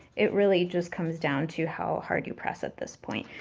it really just comes down to how hard you press at this point.